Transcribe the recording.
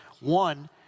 One